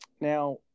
Now